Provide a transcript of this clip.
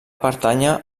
pertànyer